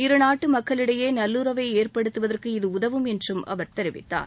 இருநாட்டு மக்களிடையே நல்லுறவை ஏற்படுத்துவதற்கு இது உதவும் என்று அவர் தெரிவித்தார்